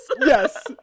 Yes